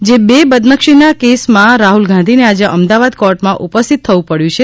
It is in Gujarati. જે બે બદનક્ષીના કેસમાં રાહુલ ગાંધીને આજે અમદાવાદ કોર્ટમાં ઉપસ્થિત થવું પડ્યું છે